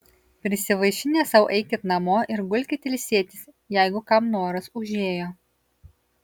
prisivaišinę sau eikit namo ir gulkit ilsėtis jeigu kam noras užėjo